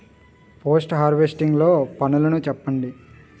Post harvesting లో పనులను చెప్పండి?